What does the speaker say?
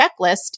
checklist